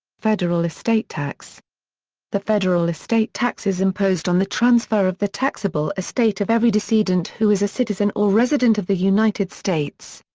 federal estate tax the federal estate tax is imposed on the transfer of the taxable estate of every decedent who is a citizen or resident of the united states.